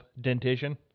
dentition